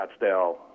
Scottsdale